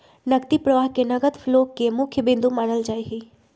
नकदी प्रवाह के नगद फ्लो के मुख्य बिन्दु मानल जाहई